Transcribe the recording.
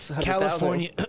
California